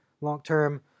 long-term